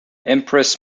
empress